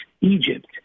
Egypt